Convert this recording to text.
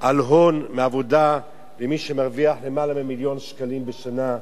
על הון מעבודה למי שמרוויח יותר ממיליון שקלים בשנה.